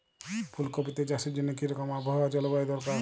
ফুল কপিতে চাষের জন্য কি রকম আবহাওয়া ও জলবায়ু দরকার?